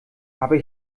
aber